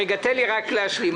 תן לי רק להשלים.